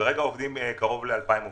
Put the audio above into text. כרגע עובדים קרוב ל-2,000 עובדים.